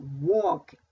walk